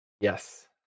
Yes